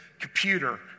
computer